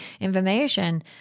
information